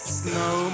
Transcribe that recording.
snow